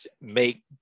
make